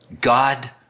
God